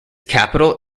capital